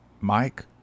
Mike